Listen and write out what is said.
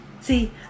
See